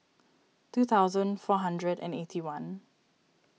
two thousand four hundred and eighty one